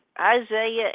isaiah